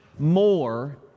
more